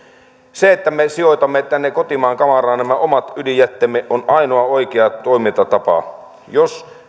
se että me sijoitamme tänne kotimaan kamaraan nämä omat ydinjätteemme on ainoa oikea toimintatapa jos